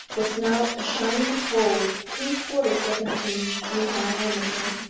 was now a shining hole three-quarters of an inch in diameter,